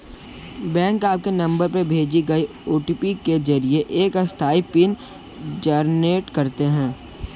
bank आपके नंबर पर भेजे गए ओ.टी.पी के जरिए एक अस्थायी पिन जनरेट करते हैं